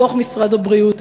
מתוך משרד הבריאות.